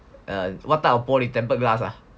err what type of 玻璃 tempered glass ah